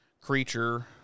creature